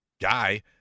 guy